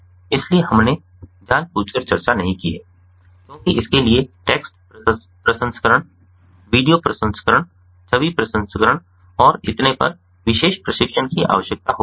इसलिए हमने जानबूझकर चर्चा नहीं की है क्योंकि इसके लिए टेक्स्ट प्रसंस्करण वीडियो प्रसंस्करण छवि प्रसंस्करण और इतने पर विशेष प्रशिक्षण की आवश्यकता होती है